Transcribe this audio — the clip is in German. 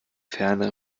ferne